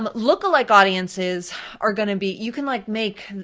um lookalike audiences are gonna be, you can like make,